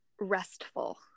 restful